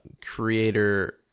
creator